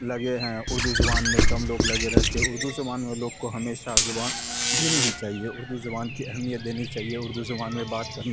لگے ہیں اردو زبان میں کم لوگ لگے رہتے ہیں اردو زبان میں لوگ کو ہمیشہ زبان دینی ہی چاہیے اردو زبان کی اہمیت دینی چاہیے اردو زبان میں بات کرنا